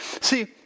See